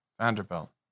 Vanderbilt